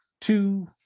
two